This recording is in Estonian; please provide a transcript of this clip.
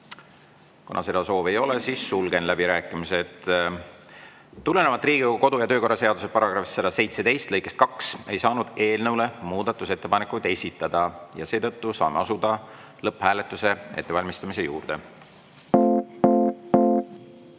Kuna seda soovi ei ole, siis sulgen läbirääkimised. Tulenevalt Riigikogu kodu‑ ja töökorra seaduse § 117 lõikest 2 ei saanud eelnõu kohta muudatusettepanekuid esitada ja seetõttu saame asuda lõpphääletuse ettevalmistamise juurde. Head